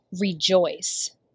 Rejoice